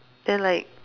then like